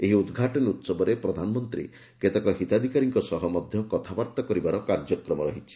ଏହିଉଦ୍ଘାଟନୀ ଉହବରେ ପ୍ରଧାନମନ୍ତ୍ରୀ କେତେକ ହିତାଧିକାରୀଙ୍କ ସହ ମଧ୍ୟ କଥାବାର୍ତା କରିବାର କାର୍ଯ୍ୟକ୍ରମ ରହିଛି